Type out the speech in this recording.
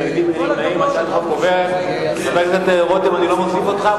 לדיון מוקדם בוועדה שתקבע ועדת הכנסת נתקבלה.